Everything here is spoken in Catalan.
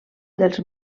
dels